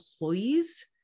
employees